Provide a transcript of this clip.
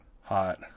Hot